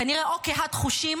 כנראה או קהת חושים